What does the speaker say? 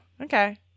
okay